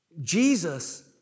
Jesus